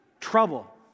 Trouble